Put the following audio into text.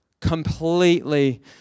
Completely